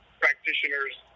practitioners